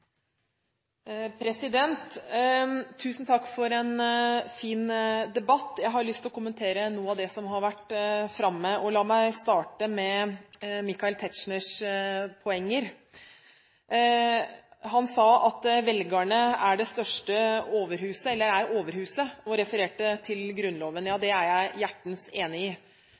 Tusen takk for en fin debatt. Jeg har lyst til å kommentere noe av det som har vært framme, og la meg starte med Michael Tetzschners poenger. Han sa at velgerne er overhuset, og refererte til Grunnloven. Det er jeg hjertens enig i.